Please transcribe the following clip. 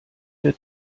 der